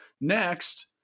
Next